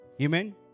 Amen